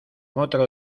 otro